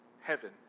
heaven